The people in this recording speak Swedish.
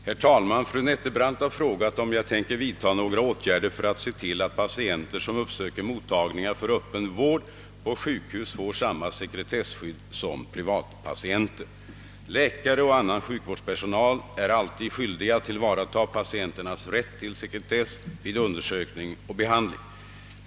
Herr talman! Fru Nettelbrandt har frågat, om jag tänker vidta några åtgärder för att se till att patienter som uppsöker mottagningar för öppen vård på sjukhus får samma sekretesskydd som privatpatienter. Läkare och annan sjukvårdspersonal är alltid skyldiga att tillvarata patienternas rätt till sekretess vid undersökning och behandling.